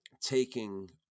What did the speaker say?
taking